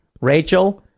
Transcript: Rachel